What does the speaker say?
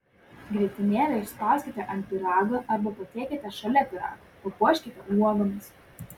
grietinėlę išspauskite ant pyrago arba patiekite šalia pyrago papuoškite uogomis